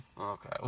Okay